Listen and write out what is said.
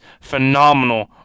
phenomenal